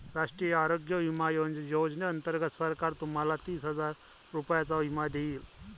राष्ट्रीय आरोग्य विमा योजनेअंतर्गत सरकार तुम्हाला तीस हजार रुपयांचा विमा देईल